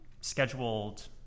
scheduled